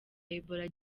ebola